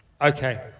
Okay